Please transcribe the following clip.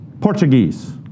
Portuguese